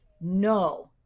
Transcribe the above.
no